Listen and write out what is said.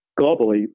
globally